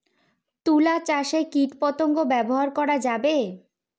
তুলা চাষে কীটপতঙ্গ ব্যবহার করা যাবে?